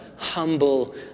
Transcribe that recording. humble